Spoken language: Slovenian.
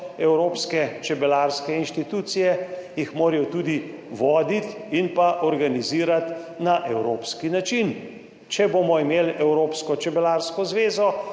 evropske čebelarske inštitucije jih morajo tudi voditi in pa organizirati na evropski način. Če bomo imeli evropsko čebelarsko zvezo,